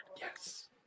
Yes